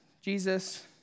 Jesus